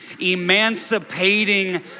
emancipating